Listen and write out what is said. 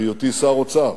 בהיותי שר האוצר,